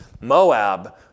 Moab